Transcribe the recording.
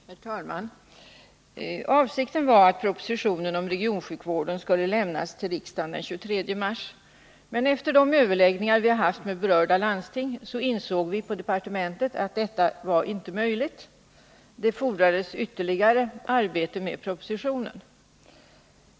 Herr talman! Avsikten var att propositionen om regionsjukvården skulle lämnas till riksdagen den 23 mars, men efter de överläggningar som vi har haft med berörda landsting insåg vi på departementet att detta inte var möjligt. Det fordrades ytterligare arbete med propositionen.